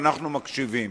ואנחנו מקשיבים.